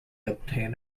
obtain